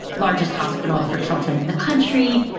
largest hospital for children in the country.